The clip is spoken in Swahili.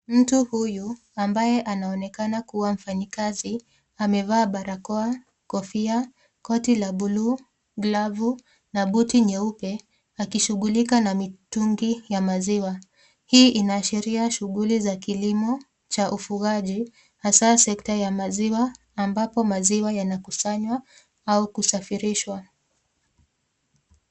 Mtu huyu ambaye anaonekana kuwa mfanyikazi, amevaa barakoa, kofia, koti la bluu, glavu na buti nyeupe, akishughulika na mitungi ya maziwa. Hii inaashiria shughuli za kilimo cha ufugaji hasa sekta ya maziwa ambapo maziwa yanakusanywa au kusafirishwa.